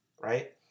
right